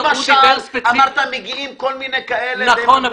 אמרת שמגיעים כל מיני כאלה --- נכון.